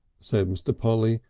said mr. polly,